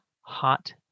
hot